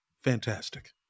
Fantastic